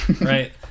right